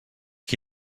qui